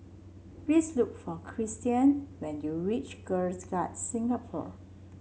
please look for Kristian when you reach Girl Guides Singapore